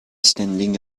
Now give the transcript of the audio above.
standing